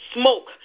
smoke